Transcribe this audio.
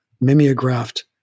mimeographed